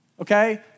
okay